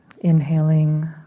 Inhaling